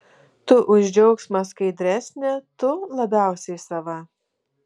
tu už džiaugsmą skaidresnė tu labiausiai sava